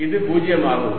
இது 0 ஆகும்